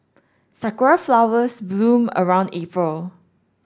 sakura flowers bloom around April